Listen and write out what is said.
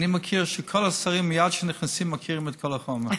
אני מכיר שכל השרים מייד כשהם נכנסים מכירים את כל החומר,